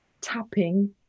tapping